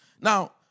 Now